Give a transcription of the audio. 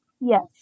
yes